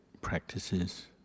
practices